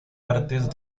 artes